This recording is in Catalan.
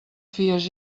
fies